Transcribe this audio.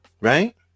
Right